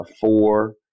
four